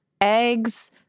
Eggs